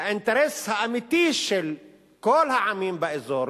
האינטרס האמיתי של כל העמים באזור,